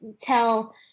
tell